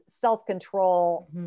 self-control